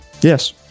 Yes